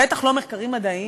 בטח לא מחקרים מדעיים,